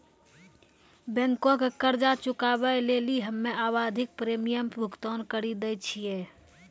बैंको के कर्जा चुकाबै लेली हम्मे आवधिक प्रीमियम भुगतान करि दै छिये